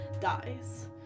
dies